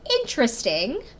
interesting